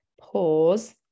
Pause